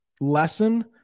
lesson